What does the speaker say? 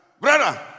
brother